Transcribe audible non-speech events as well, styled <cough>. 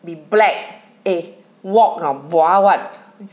been black eh walk from bua right <noise>